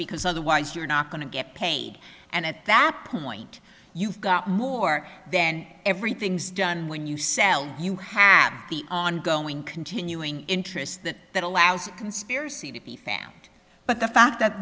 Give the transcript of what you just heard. because otherwise you're not going to get paid and at that point you've got more then everything's done when you sell you have the ongoing continuing interest that that allows conspiracy to be family but the fact that